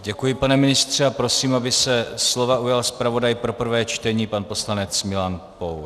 Děkuji, pane ministře, a prosím, aby se slova ujal zpravodaj pro prvé čtení pan poslanec Milan Pour.